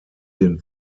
den